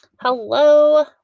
Hello